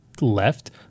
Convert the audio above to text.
left